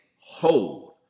hold